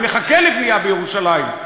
אני מחכה לבנייה בירושלים.